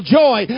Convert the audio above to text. joy